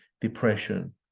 depression